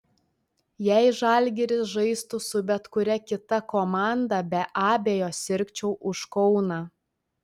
jei žalgiris žaistų su bet kuria kita komanda be abejo sirgčiau už kauną